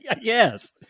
Yes